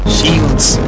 Shields